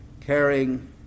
caring